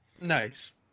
Nice